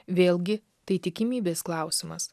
vėlgi tai tikimybės klausimas